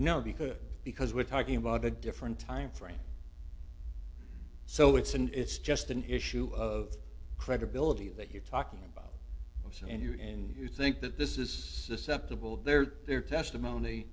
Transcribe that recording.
because because we're talking about a different time frame so it's and it's just an issue of credibility that you're talking about of so in your in you think that this is susceptible their their testimony